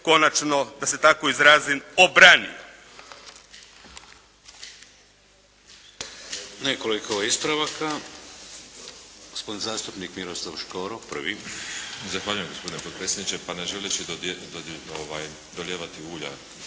konačno, da se tako izrazim obranio.